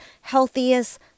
healthiest